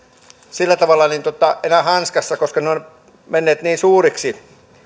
sillä tavalla enää hanskassa koska ne ovat menneet niin suuriksi